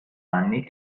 anni